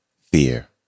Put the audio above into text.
fear